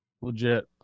Legit